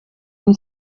une